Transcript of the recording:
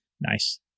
Nice